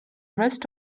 rest